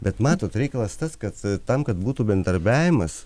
bet matot reikalas tas kad tam kad būtų bendarbiavimas